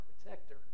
protector